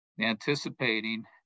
anticipating